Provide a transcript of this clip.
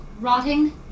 Rotting